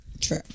True